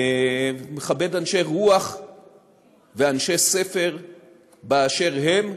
מכבד אנשי רוח ואנשי ספר באשר הם,